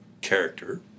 character